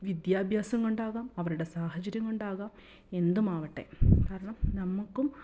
വിദ്യാഭ്യാസം കൊണ്ടാവാം അവരുടെ സാഹചര്യം കൊണ്ടാവാം എന്തുമാവട്ടെ കാരണം നമ്മൾക്കും